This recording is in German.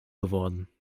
geworden